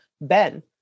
Ben